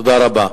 תודה רבה.